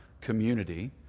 community